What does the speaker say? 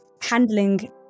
handling